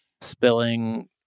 spilling